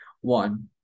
one